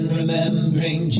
remembering